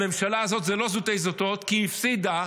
לממשלה הזאת זה לא זוטי-זוטות, כי היא הפסידה,